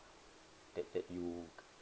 that that you